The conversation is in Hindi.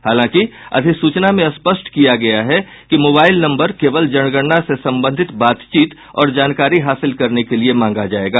हालांकि अधिसूचना में स्पष्ट किया गया है कि मोबाइल नम्बर केवल जनगणना से संबंधित बातचीत और जानकारी हासिल करने के लिए मांगा जाएगा